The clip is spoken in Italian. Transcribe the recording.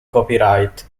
copyright